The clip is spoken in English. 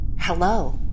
hello